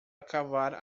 cavar